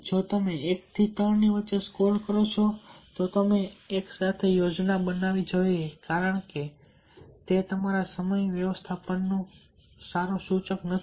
જો તમે 1 થી 3 સ્કોર કરો છો તો તમારે એક સાથે યોજના બનાવવી જોઈએ કારણ કે તે તમારા સમય વ્યવસ્થાપનનું સારું સૂચક નથી